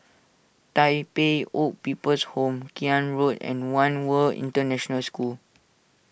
Tai Pei Old People's Home Road and one World International School